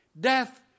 Death